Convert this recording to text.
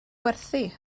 werthu